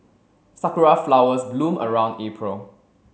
sakura flowers bloom around April